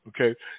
okay